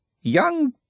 Young